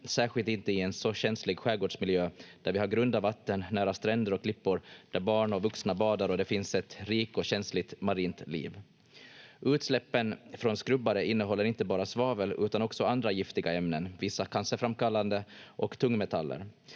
särskilt inte i en så känslig skärgårdsmiljö, där vi har grunda vatten nära stränder och klippor där barn och vuxna badar och det finns ett rikt och känsligt marint liv. Utsläppen från skrubbare innehåller inte bara svavel utan också andra giftiga ämnen, vissa cancerframkallande, och tungmetaller.